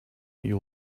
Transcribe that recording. you